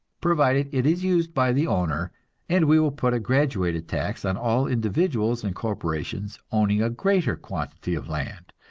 provided it is used by the owner and we will put a graduated tax on all individuals and corporations owning a greater quantity of land,